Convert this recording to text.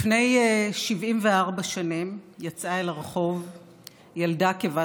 לפני 74 שנים יצאה אל הרחוב ילדה כבת